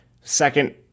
second